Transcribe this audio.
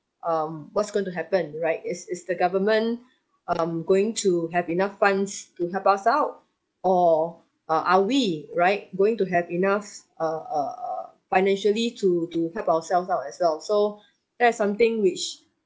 um what's going to happen right is is the government um going to have enough funds to help us out or uh are we right going to have enough uh uh uh financially to to help ourselves out as well so that's something which